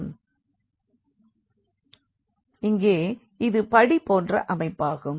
A|b⊠ | 0 0 ⊠| 0 0 0 ⊠| 0 0 0 0 || 0 0 0 0 ⊠| 0 0 || 0 0 | இங்கே இது படி போன்ற அமைப்பாகும்